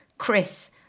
Chris